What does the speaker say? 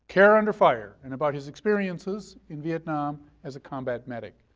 care under fire, and about his experiences in vietnam as a combat medic.